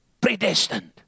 predestined